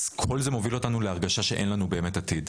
אז כל זה מוביל אותנו להרגשה שאין לנו באמת עתיד.